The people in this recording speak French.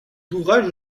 ouvrage